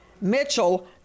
Mitchell